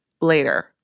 later